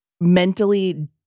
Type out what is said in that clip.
mentally